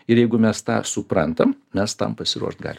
ir jeigu mes tą suprantam mes tam pasiruošt galim